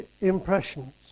impressions